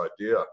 idea